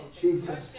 Jesus